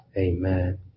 Amen